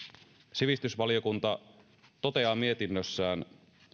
sivistysvaliokunta toteaa mietinnössään